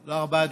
תודה רבה.